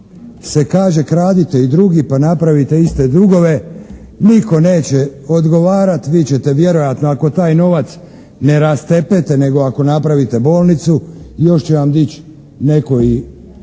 se kaže kradite i drugi pa napravite iste dugove, nitko neće odgovarati, vi ćete vjerojatno ako taj novac ne rastepete nego ako napravite bolnicu, još će vam dići netko i